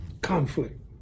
Conflict